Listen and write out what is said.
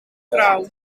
vrouw